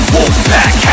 Wolfpack